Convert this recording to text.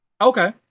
okay